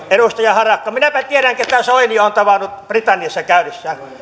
edustaja harakka minäpä tiedän keitä soini on tavannut britanniassa käydessään